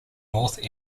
north